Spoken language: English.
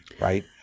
right